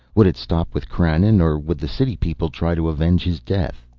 would it stop with krannon or would the city people try to avenge his death?